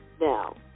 Now